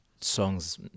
songs